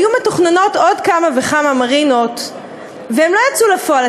היו מתוכננות עוד כמה וכמה מרינות והן לא יצאו לפועל.